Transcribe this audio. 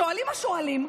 שואלים השואלים: